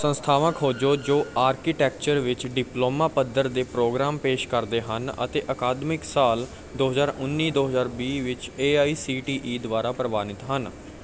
ਸੰਸਥਾਵਾਂ ਖੋਜੋ ਜੋ ਆਰਕੀਟੈਕਚਰ ਵਿੱਚ ਡਿਪਲੋਮਾ ਪੱਧਰ ਦੇ ਪ੍ਰੋਗਰਾਮ ਪੇਸ਼ ਕਰਦੇ ਹਨ ਅਤੇ ਅਕਾਦਮਿਕ ਸਾਲ ਦੋ ਹਜ਼ਾਰ ਉੱਨੀ ਦੋ ਹਜ਼ਾਰ ਵੀਹ ਵਿੱਚ A I C T E ਦੁਆਰਾ ਪ੍ਰਵਾਨਿਤ ਹਨ